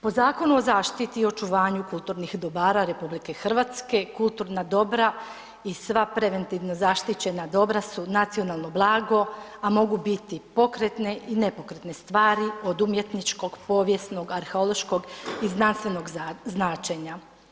Po Zakonu o zaštiti i očuvanju kulturnih dobara RH, kulturna dobra i sva preventivna zaštićena dobra su nacionalno blago, a mogu biti pokretne i nepokretne stvari, od umjetničkog, povijesnog, arheološkog i znanstvenog značenja.